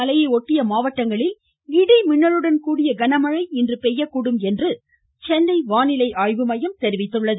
மலையை ஒட்டிய மாவட்டங்களில் இடி மின்னலுடன் கூடிய கனமழை இன்று பெய்யக்கூடும் என்று சென்னை வானிலை ஆய்வு மையம் தெரிவித்துள்ளது